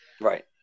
right